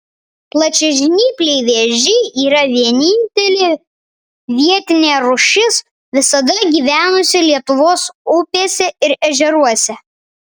plačiažnypliai vėžiai yra vienintelė vietinė rūšis visada gyvenusi lietuvos upėse ir ežeruose